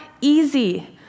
easy